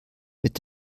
mit